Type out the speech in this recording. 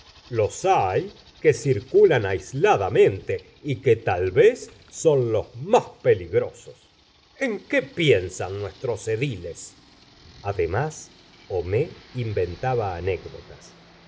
los hay gustavo flaubert que circulan aisladamente y que tal vez son los más peligrosos en qué piensan nuestros ediles además homais inventaba anécdotas